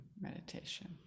meditation